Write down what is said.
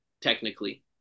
technically